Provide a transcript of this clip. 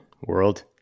world